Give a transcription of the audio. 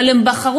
אבל הם בחרו,